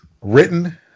Written